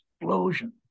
explosion